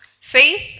Faith